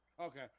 Okay